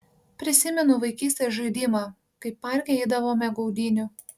prisimenu vaikystės žaidimą kaip parke eidavome gaudynių